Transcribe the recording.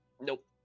nope